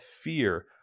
fear